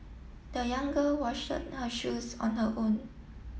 the young girl washed her shoes on her own